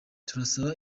turasaba